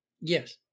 Yes